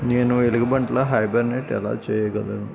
నేను ఎలుగుబంటిలా హైబర్నెట్ ఎలా చెయ్యగలను